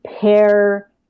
pair